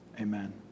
Amen